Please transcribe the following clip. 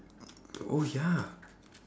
oh ya